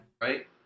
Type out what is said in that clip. Right